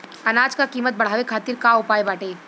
अनाज क कीमत बढ़ावे खातिर का उपाय बाटे?